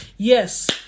Yes